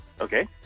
Okay